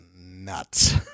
nuts